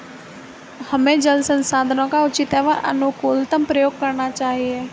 हमें जल संसाधनों का उचित एवं अनुकूलतम प्रयोग करना चाहिए